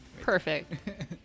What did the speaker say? Perfect